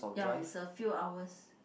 ya it's a few hours